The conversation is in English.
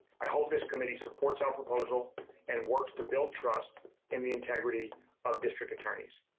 i hope this committee supports our proposal and works to build trust in the integrity of district attorneys.